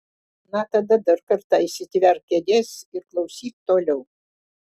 na tada dar kartą įsitverk kėdės ir klausyk toliau